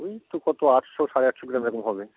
এই তো কতো আটশো সাড়ে আটশো লিটার এরকম হবে